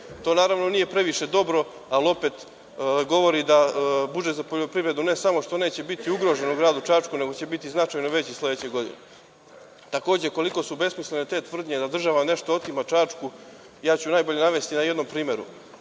Naravno, to nije previše dobro, ali opet govori da budžet za poljoprivredu, ne samo što neće biti ugrožen u gradu Čačku, nego će biti značajno veći sledeće godine. Takođe, koliko su besmislene te tvrdnje da država nešto otima Čačku najbolje ću navesti na jednom primeru.